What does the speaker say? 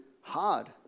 hard